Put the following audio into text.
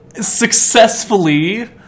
successfully